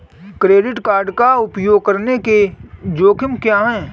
Credit card का उपयोग करने के जोखिम क्या हैं?